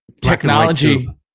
technology